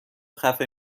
خفه